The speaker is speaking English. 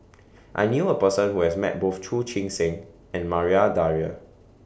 I knew A Person Who has Met Both Chu Chee Seng and Maria Dyer